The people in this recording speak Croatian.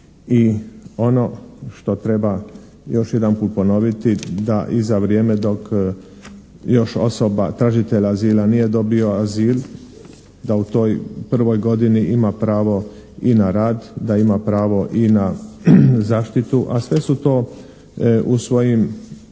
i ono što treba još jedanput ponoviti da i za vrijeme dok još osoba tražitelj azila nije dobio azil da u toj prvoj godini ima pravo i na rad, da ima pravo i na zaštitu. A sve su to u svojim,